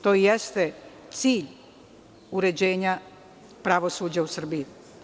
To jeste cilj uređenja pravosuđa u Srbiji.